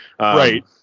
Right